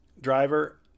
driver